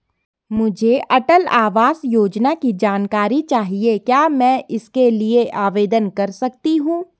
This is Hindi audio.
मुझे अटल आवास योजना की जानकारी चाहिए क्या मैं इसके लिए आवेदन कर सकती हूँ?